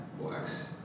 works